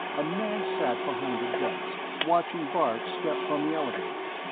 a man sat behind a desk, watching bart step from the elevator.